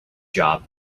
job